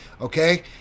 Okay